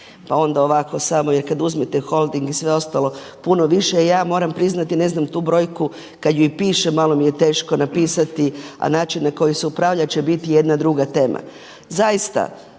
Pa onda ovako samo jer kad uzmete Holding i sve ostalo puno više, ja moram priznati ne znam tu brojku kad je i pišem. Malo mi je teško napisati, a način na koji se upravlja će biti jedna druga tema. Zaista